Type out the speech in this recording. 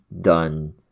done